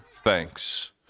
thanks